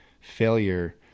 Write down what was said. failure